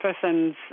person's